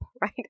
right